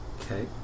Okay